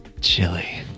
chili